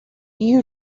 you